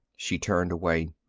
she turned away.